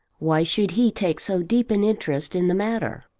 why should he take so deep an interest in the matter?